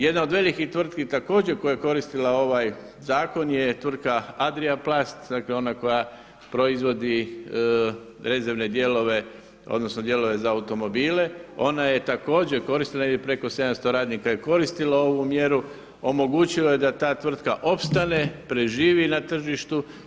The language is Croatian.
Jedna od velikih tvrtki koja je također koristila ovaj zakon je tvrtka Adria plast, dakle ona koja proizvodi rezervne dijelove odnosno dijelove za automobile, ona je također koristila negdje preko 700 radnika je koristilo ovu mjeru, omogućilo je da tvrtka opstane, preživi na tržištu.